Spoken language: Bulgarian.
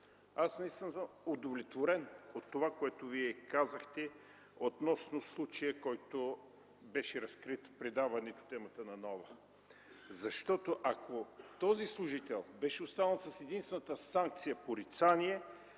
съм удовлетворен от това, което Вие казахте относно случая, който беше разкрит в предаването „Темата на Нова”. Ако този служител беше останал с единствената санкция „порицание”,